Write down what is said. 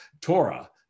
Torah